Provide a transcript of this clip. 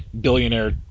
billionaire